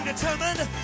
Determined